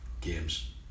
games